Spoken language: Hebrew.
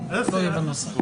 כמו שהם עוברים מקלפי לקלפי,